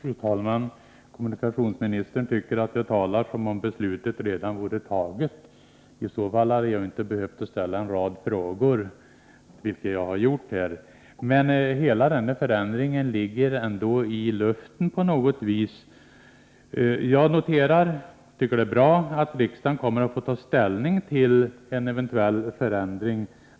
Fru talman! Kommunikationsministern tycker att jag talar som om beslutet redan vore fattat. I så fall hade jag inte behövt ställa en rad frågor, vilket jag har gjort. Hela den här förändringen ligger ändå i luften på något sätt. Jag noterar, och tycker att det är bra, att riksdagen kommer att få ta ställning till en eventuell förändring.